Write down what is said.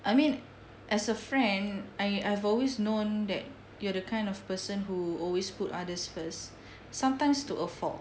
I mean as a friend I I've always known that you are the kind of person who always put others first sometimes to a fault